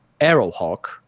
Arrowhawk